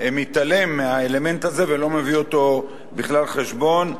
מתעלמים מהאלמנט הזה ולא מביאים אותו לכלל חשבון,